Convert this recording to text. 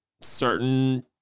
certain